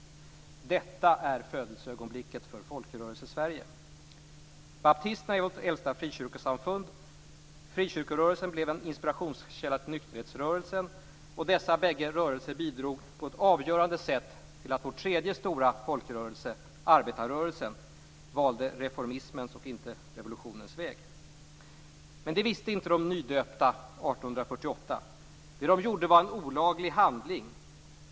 Detta är födelseögonblicket för Folkrörelsesverige. Baptisterna är vårt äldsta frikyrkosamfund. Frikyrkorörelsen blev en inspirationskälla till nykterhetsrörelsen. Dessa bägge rörelser bidrog på ett avgörande sätt till att vår tredje stora folkrörelse - arbetarrörelsen - valde reformismens och inte revolutionens väg. Men det visste inte de nydöpta 1848. Det de gjorde var en olaglig handling.